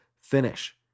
finish